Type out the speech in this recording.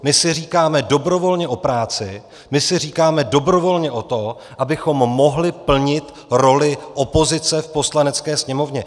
My si říkáme dobrovolně o práci, my si říkáme dobrovolně o to, abychom mohli plnit roli opozice v Poslanecké sněmovně.